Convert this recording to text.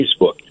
Facebook